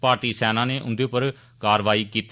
भारतीय सेना नै उंदे पर कारवाई कीती